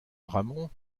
aramon